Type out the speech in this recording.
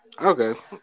Okay